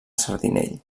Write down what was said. sardinell